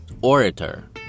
orator